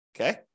Okay